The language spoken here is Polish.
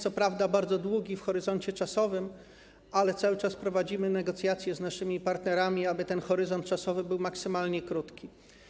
Co prawda jest tu bardzo długi horyzont czasowy, ale cały czas prowadzimy negocjacje z naszymi partnerami, aby ten horyzont czasowy był maksymalnie krótki.